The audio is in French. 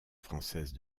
française